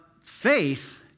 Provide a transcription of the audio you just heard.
faith